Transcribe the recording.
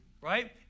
Right